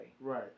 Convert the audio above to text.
Right